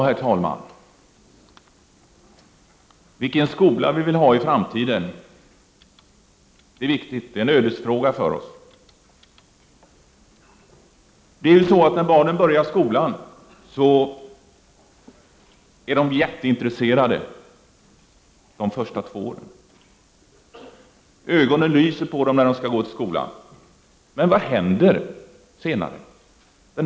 Herr talman! Vilken skola vi vill ha i framtiden, det är viktigt, det är en ödesfråga för oss. När barnen börjar skolan är de jätteintresserade de första två åren. Ögonen lyser på dem när de skall gå till skolan. Men vad händer senare?